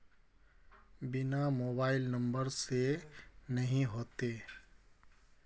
बिना mobile number से नहीं होते?